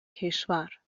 کشور